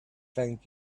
thank